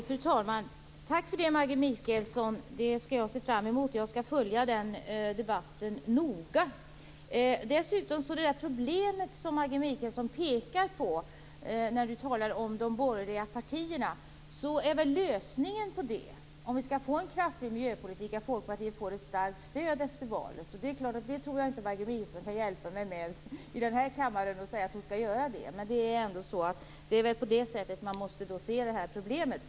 Fru talman! Tack för det, Maggi Mikaelsson. Det skall jag se fram emot. Jag skall följa den debatten noga. Maggi Mikaelsson pekar på ett problem när hon talar om de borgerliga partierna. Om vi skall få en kraftfull miljöpolitik är lösningen att Folkpartiet får ett starkt stöd efter valet. Det tror jag inte att Maggi Mikaelsson kan hjälpa mig med. Jag tror inte att hon kan säga att hon skall göra det i denna kammare, men det är ändå på det sättet man måste se problemet.